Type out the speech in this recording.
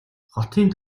хотын